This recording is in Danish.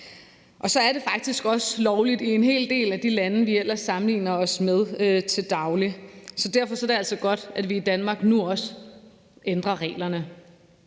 Det er faktisk også lovligt i en hel del af de lande, vi ellers sammenligner os med til daglig, så derfor er det altså godt, at vi i Danmark nu også ændrer reglerne,